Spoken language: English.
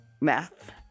Math